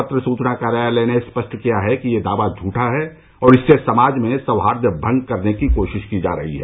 पत्र सूचना कार्यालय ने स्पष्ट किया है कि ये दावा झठा है और इससे समाज में सौहार्द्र भंग करने की कोशिश की जा रही है